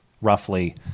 roughly